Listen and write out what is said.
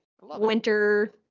winter